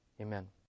Amen